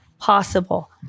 possible